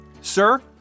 sir